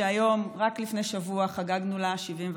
שרק לפני שבוע חגגנו לה 71 שנה.